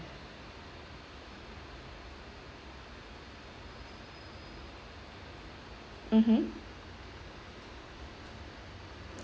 mmhmm